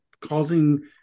causing